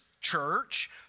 Church